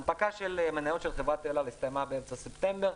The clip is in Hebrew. ההנפקה של מניות חברת אל-על הסתיימה באמצע ספטמבר,